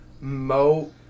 Mo